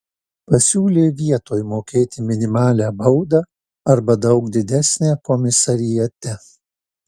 pasiūlė vietoj mokėti minimalią baudą arba daug didesnę komisariate